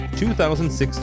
2016